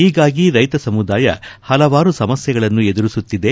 ಹೀಗಾಗಿ ರೈತ ಸಮುದಾಯ ಹಲವಾರು ಸಮಸ್ಥೆಗಳನ್ನು ಎದುರಿಸುತ್ತಿದೆ